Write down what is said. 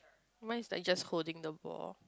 mine is like just holding the ball